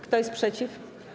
Kto jest przeciw?